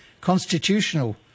constitutional